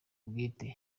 ubwite